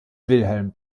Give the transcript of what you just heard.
wilhelm